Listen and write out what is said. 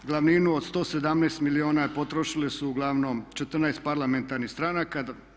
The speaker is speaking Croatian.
Glavninu od 117 milijuna potrošile su uglavnom 14 parlamentarnih stranaka.